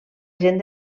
gent